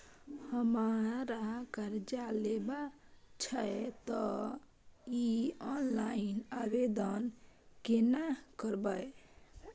हमरा कर्ज लेबा छै त इ ऑनलाइन आवेदन केना करबै?